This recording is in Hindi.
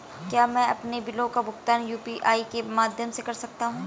क्या मैं अपने बिलों का भुगतान यू.पी.आई के माध्यम से कर सकता हूँ?